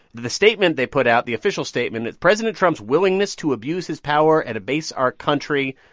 the statement they put out the official statement is president trump's willingness to abuse his power and abase our country,